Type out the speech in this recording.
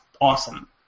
awesome